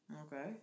Okay